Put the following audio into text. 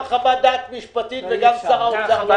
יש גם חוות דעת משפטית וגם שר האוצר לא מסכים.